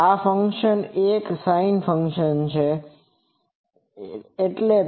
આ એક sin function માંથી છે